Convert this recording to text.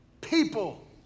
people